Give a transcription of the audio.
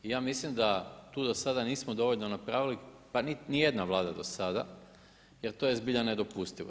I ja mislim da tu do sada nismo dovoljno napravili, pa ni jedna Vlada do sada, jer to je zbilja nedopustivo.